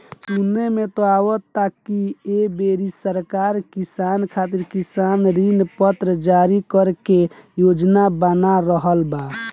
सुने में त आवता की ऐ बेरी सरकार किसान खातिर किसान ऋण पत्र जारी करे के योजना बना रहल बा